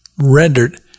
rendered